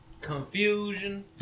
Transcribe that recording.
Confusion